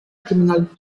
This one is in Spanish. criminal